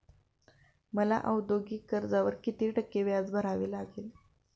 मला औद्योगिक कर्जावर किती टक्के व्याज भरावे लागेल?